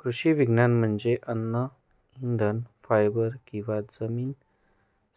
कृषी विज्ञान म्हणजे अन्न इंधन फायबर किंवा जमीन